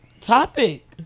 topic